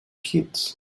kids